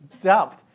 depth